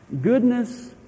Goodness